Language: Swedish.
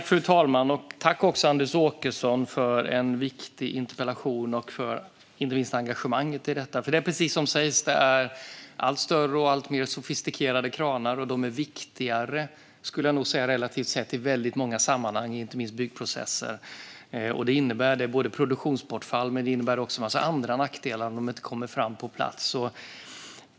Fru talman! Tack, Anders Åkesson, för en viktig interpellation och inte minst för engagemanget i detta! Det är precis som sägs: Det är allt större och alltmer sofistikerade kranar. De är också relativt sett viktigare, skulle jag nog säga, i väldigt många sammanhang, inte minst byggprocesser. Det innebär både produktionsbortfall och en massa andra nackdelar om de inte kommer på plats.